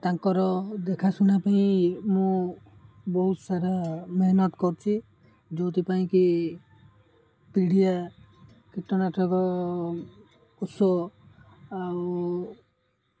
ତାଙ୍କର ଦେଖା ଶୁଣା ପାଇଁ ମୁଁ ବହୁତ ସାରା ମେହନତ କରୁଛି ଯେଉଁଥିପାଇଁ କିି ପିଡ଼ିଆ କୀଟନାଶକ ଆଉ